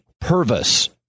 Purvis